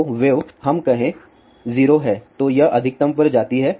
तो वेव हम कहे 0 है तो यह अधिकतम पर जाती है